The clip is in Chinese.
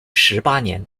十八年